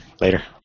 later